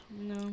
No